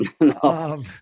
no